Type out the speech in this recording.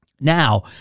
Now